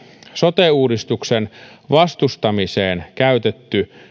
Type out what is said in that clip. sote uudistuksen vastustamiseen käytetyn